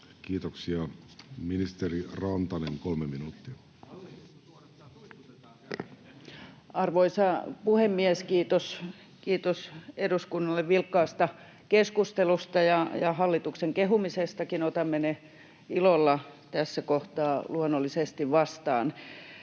Kiitoksia. — Ministeri Rantanen, kolme minuuttia. Arvoisa puhemies! Kiitos eduskunnalle vilkkaasta keskustelusta ja hallituksen kehumisestakin. Otamme ne luonnollisesti ilolla